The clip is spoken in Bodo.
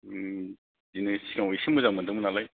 उम बिदिनो सिगांआव एसे मोजां मोनदोंमोननालाय